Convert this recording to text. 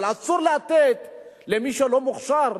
אבל אסור לתת למי שלא מוכשר,